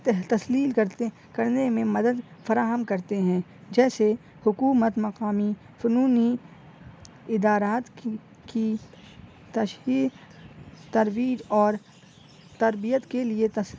تہ تسلیل کرتے کرنے میں مدد فراہم کرتے ہیں جیسے حکومت مقامی فنونی ادارات کہ کی تصحیح ترویج اور تربیت کے لیے تس